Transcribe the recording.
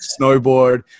snowboard